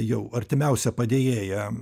jau artimiausia padėjėja